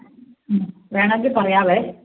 മ്മ് വേണമെങ്കിൽ പറയാം